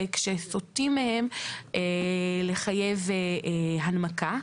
וכשסוטים מהם לחייב הנמקה.